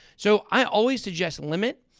so, i always suggest limit.